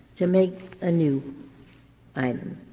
to make a new item.